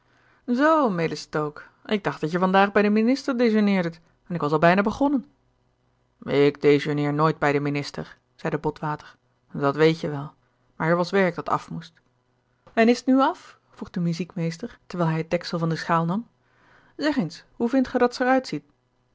melis stoke ik dacht dat je van daag bij den minister dejeuneerdet en ik was al bijna begonnen ik dejeuneer nooit bij den minister zeide botwater dat weet-je wel maar er was werk dat af moest en is t nu af vroeg de muziekmeester terwijl hij het deksel van de schaal nam zeg eens hoe vindt ge dat ze